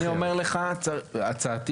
הצעתי